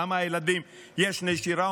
למה אצל הילדים יש נשירה.